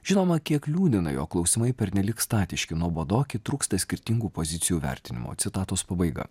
žinoma kiek liūdina jog klausimai pernelyg statiški nuobodoki trūksta skirtingų pozicijų vertinimo citatos pabaiga